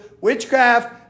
witchcraft